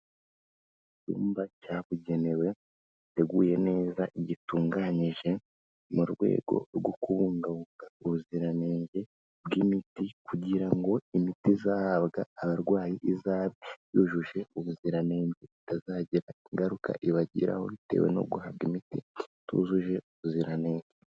Icyumba cyabugenewe giteguye neza gitunganyije mu rwego rwo kubungabunga ubuziranenge bw'imiti kugira ngo imiti izahabwa abarwayi izabe yujuje ubuziranenge, itazagira ingaruka ibagiraho bitewe no guhabwa imiti itujuje ubuziranenge.